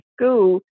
school